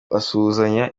basuhuzanya